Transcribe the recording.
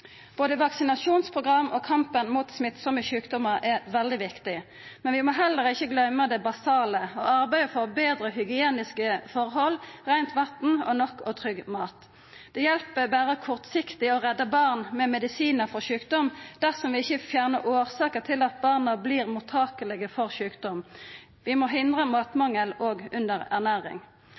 Både vaksinasjonsprogram og kampen mot smittsame sjukdommar er veldig viktige tiltak, men vi må heller ikkje gløyma det basale – å arbeida for betre hygieniske forhold, reint vatn og nok og trygg mat. Det hjelper berre kortsiktig å redda barn frå sjukdom med medisinar dersom vi ikkje fjernar årsaka til at barna vert mottakelege for sjukdom. Vi må hindra matmangel og